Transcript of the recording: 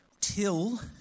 till